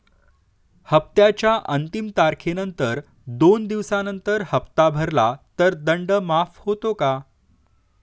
हप्त्याच्या अंतिम तारखेनंतर दोन दिवसानंतर हप्ता भरला तर दंड माफ होतो का?